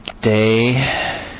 Day